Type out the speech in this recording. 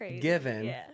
given